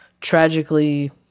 tragically